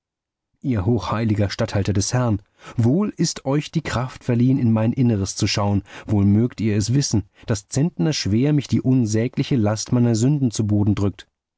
ihr hochheiliger statthalter des herrn wohl ist euch die kraft verliehen in mein inneres zu schauen wohl mögt ihr es wissen daß zentnerschwer mich die unsägliche last meiner sünden zu boden drückt